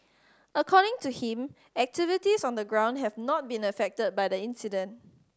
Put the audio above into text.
according to him activities on the ground have not been affected by the incident